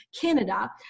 Canada